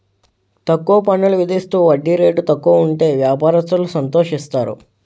తక్కువ పన్నులు విధిస్తూ వడ్డీ రేటు తక్కువ ఉంటే వ్యాపారస్తులు సంతోషిస్తారు